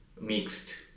mixed